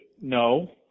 No